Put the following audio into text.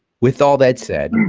with all that said,